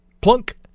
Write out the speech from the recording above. Plunk